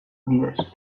bidez